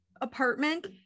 apartment